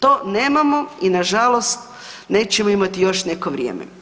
To nemamo i nažalost nećemo imati još neko vrijeme.